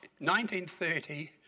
1930